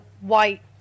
white